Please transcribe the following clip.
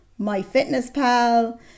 MyFitnessPal